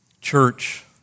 Church